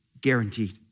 Guaranteed